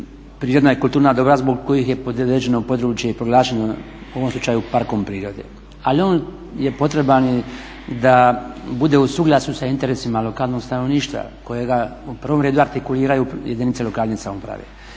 prirodna i kulturna dobra zbog kojeg je određeno područje i proglašeno, u ovom slučaju, parkom prirode. Ali on je potreban i da bude u suglasju sa interesima lokalnog stanovništva kojega u prvom redu artikuliraju jedinice lokalne samouprave.